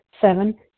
Seven